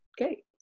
okay